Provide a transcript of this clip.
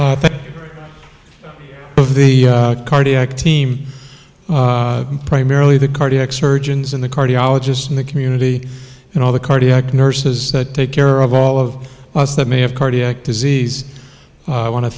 of the cardiac team primarily the cardiac surgeons and the cardiologists in the community and all the cardiac nurses that take care of all of us that may have cardiac disease i want to